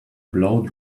blow